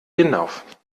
hinauf